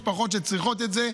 למשפחות שצריכות את זה.